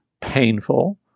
painful